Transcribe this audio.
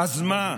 אז מה?